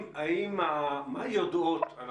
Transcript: לא, לא צריך להגיד את הפרטים.